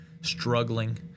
struggling